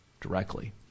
directly